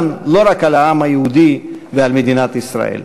לא רק על העם היהודי ועל מדינת ישראל.